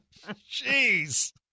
Jeez